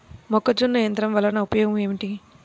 మొక్కజొన్న యంత్రం వలన ఉపయోగము ఏంటి?